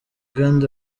kandi